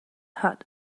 hot